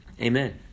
amen